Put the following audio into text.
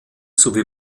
sowie